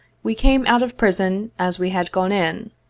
we came out of prison as we had gone in,